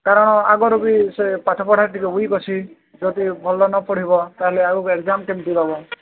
କାରଣ ଆଗରୁ ବି ସେ ପାଠପଢ଼ା ଟିକେ ଉଇକ୍ ଅଛି ଯଦି ଭଲ ନ ପଢ଼ିବ ତା'ହେଲେ ଆଗକୁ ଏକଜାମ୍ କେମିତି ଦେବ